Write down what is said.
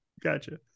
gotcha